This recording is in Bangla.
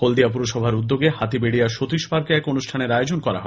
হলদিয়া পুরসভার উদ্যোগে হাতি বেড়িয়ায় সতীশ পার্কে এক অনুষ্ঠানের আয়োজন করা হয়